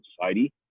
society